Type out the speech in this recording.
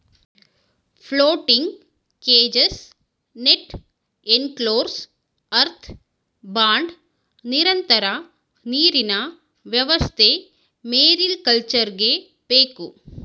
floating cages, net enclosures, earth pond, ನಿರಂತರ ನೀರಿನ ವ್ಯವಸ್ಥೆ ಮೇರಿಕಲ್ಚರ್ಗೆ ಬೇಕು